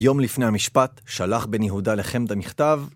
יום לפני המשפט, שלח בן-יהודה לחמדה מכתב